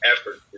effort